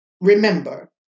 remember